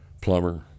plumber